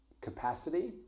capacity